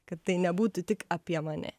kad tai nebūtų tik apie mane